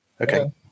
Okay